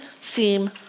seem